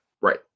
Right